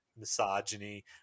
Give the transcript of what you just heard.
misogyny